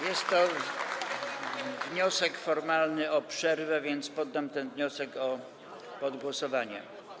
Jest to wniosek formalny o przerwę, więc poddam ten wniosek pod głosowanie.